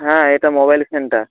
হ্যাঁ এটা mobile centre